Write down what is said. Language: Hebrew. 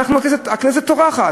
הכנסת טורחת,